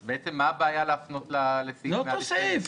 אז בעצם מה הבעיה להפנות לסעיף 112?